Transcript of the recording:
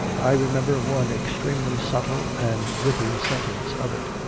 i remember one extremely subtle and witty sen tence of it.